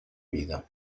vida